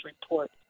report